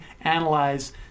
analyze